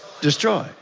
Destroy